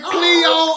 Cleo